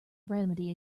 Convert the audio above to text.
remedy